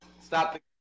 Stop